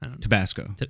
Tabasco